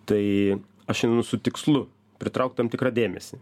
tai aš einu su tikslu pritraukt tam tikrą dėmesį